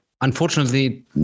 unfortunately